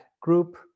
group